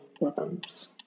weapons